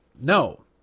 No